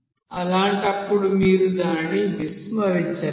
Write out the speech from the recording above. అలాంటప్పుడు మీరు దానిని విస్మరించలేరు